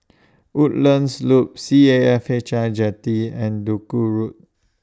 Woodlands Loop C A F H I Jetty and Duku Road